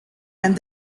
and